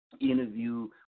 interview